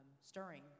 stirring